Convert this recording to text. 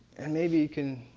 and maybe you can,